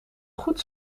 goed